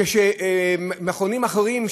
כשמכונים אחרים,